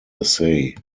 essay